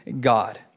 God